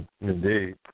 Indeed